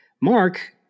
Mark